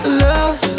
love